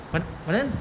but but then